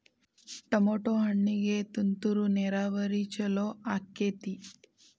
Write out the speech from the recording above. Tomato ಹಣ್ಣಿಗೆ ತುಂತುರು ನೇರಾವರಿ ಛಲೋ ಆಕ್ಕೆತಿ?